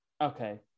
Okay